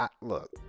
look